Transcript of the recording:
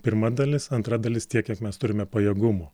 pirma dalis antra dalis tiek kiek mes turime pajėgumų